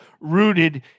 rooted